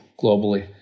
globally